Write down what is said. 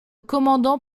commandant